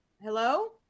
Hello